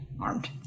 armed